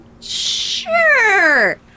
Sure